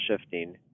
shifting